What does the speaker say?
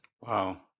Wow